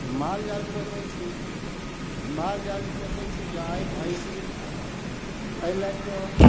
माल जाल पोसै छी जे माल जाल पोसै छी गाय भैंसी एहि लऽ कऽ